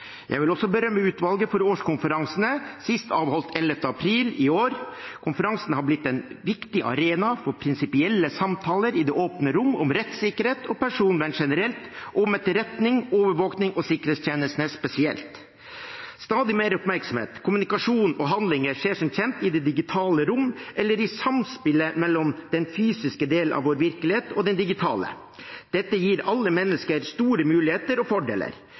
Jeg vil også berømme utvalget for årskonferansene, sist avholdt 11. april i år. Konferansene har blitt en viktig arena for prinsipielle samtaler i det åpne rom om rettssikkerhet og personvern generelt, og om etterretning, overvåkning og sikkerhetstjenestene spesielt. Stadig mer oppmerksomhet, mer kommunikasjon og flere handlinger skjer som kjent i det digitale rom eller i samspillet mellom den fysiske og digitale del av vår virkelighet. Dette gir alle mennesker store muligheter og fordeler.